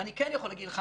אני כן יכול להגיד לך